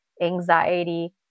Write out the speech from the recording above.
anxiety